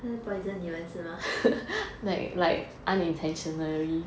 poison 你们是吗